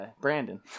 Brandon